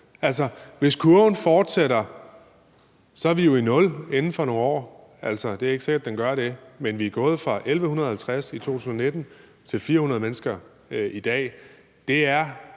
Hvis kurven fortsætter, er vi jo i nul inden for nogle år. Det er ikke sikkert, at den gør det, men vi er gået fra 1.150 i 2019 til 400 mennesker i dag.